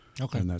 Okay